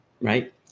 right